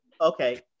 Okay